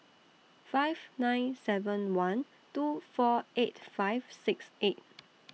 five nine seven one two four eight five six eight